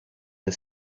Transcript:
the